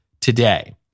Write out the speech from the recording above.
today